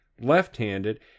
left-handed